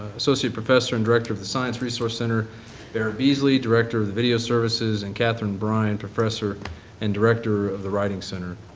associate professor and director of the science resource center barrett beasley, directer of the video services and kathryn bryant, professor and director of the writing center.